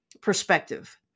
perspective